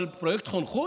אבל בפרויקט חונכות?